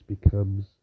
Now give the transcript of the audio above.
becomes